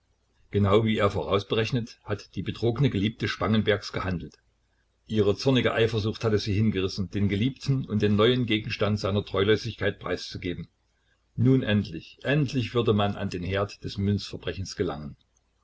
genau wie er vorausberechnet hat die betrogene geliebte spangenbergs gehandelt ihre zornige eifersucht hatte sie hingerissen den geliebten und den neuen gegenstand seiner treulosigkeit preiszugeben nun endlich endlich würde man an den herd des münzverbrechens gelangen